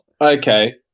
Okay